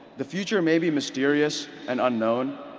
the future may be mysterious and unknown,